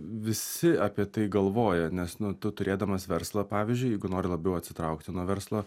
visi apie tai galvoja nes nu tu turėdamas verslą pavyzdžiui jeigu nori labiau atsitraukti nuo verslo